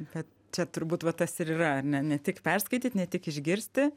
bet čia turbūt va tas ir yra ar ne ne tik perskaityt ne tik išgirsti